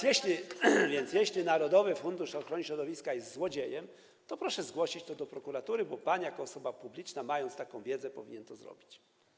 Jeśli narodowy fundusz ochrony środowiska jest złodziejem, to proszę zgłosić to do prokuratury, bo pan jako osoba publiczna, mając taką wiedzę, powinien to zrobić.